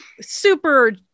super